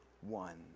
one